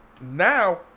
now